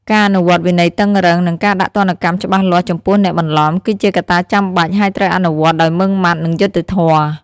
ការអនុវត្តវិន័យតឹងរ៉ឹង និងការដាក់ទណ្ឌកម្មច្បាស់លាស់ចំពោះអ្នកបន្លំ គឺជាកត្តាចាំបាច់ ហើយត្រូវអនុវត្តដោយម៉ឺងម៉ាត់ និងយុត្តិធម៌។